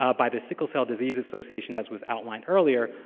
ah by the sickle cell disease association, as was outlined earlier,